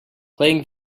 playing